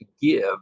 give